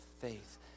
faith